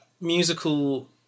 musical